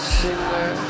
singer